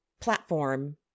platform